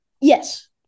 yes